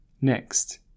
Next